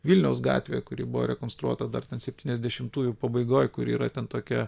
vilniaus gatvėje kuri buvo rekonstruota dar ten septyniasdešimtųjų pabaigoj kuri yra ten tokia